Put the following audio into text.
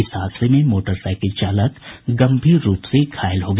इस हादसे में मोटरसाईकिल चालक गंभीर रूप से घायल हो गया